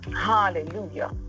Hallelujah